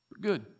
Good